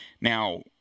now